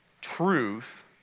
truth